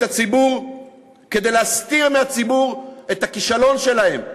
הציבור כדי להסתיר מהציבור את הכישלון שלהם.